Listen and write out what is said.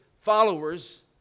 followers